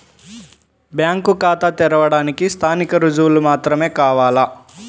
Bank ఖాతా తెరవడానికి స్థానిక రుజువులు మాత్రమే కావాలా?